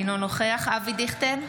אינו נוכח אבי דיכטר,